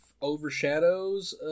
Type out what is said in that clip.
overshadows